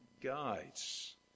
guides